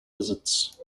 visits